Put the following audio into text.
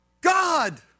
God